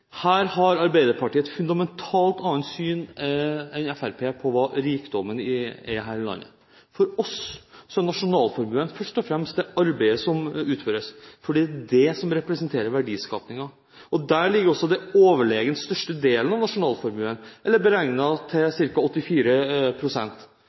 Her har Arbeiderpartiet et fundamentalt annet syn enn Fremskrittspartiet på hva rikdommen er her i landet. For oss er nasjonalformuen først og fremst det arbeidet som utføres, for det er det som representerer verdiskapingen. Der ligger også den overlegent største delen av nasjonalformuen,